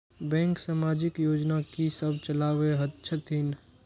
Bank समाजिक योजना की सब चलावै छथिन?